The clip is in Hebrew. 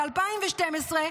ב-2012.